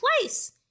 place